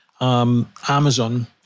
Amazon